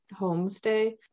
homestay